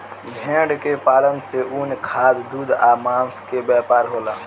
भेड़ के पालन से ऊन, खाद, दूध आ मांस के व्यापार होला